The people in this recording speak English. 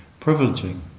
privileging